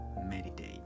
meditate